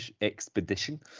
expedition